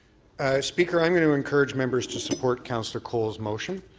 speaker, i'm going to encourage members to support councillor colle's motion.